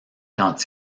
quand